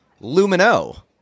lumino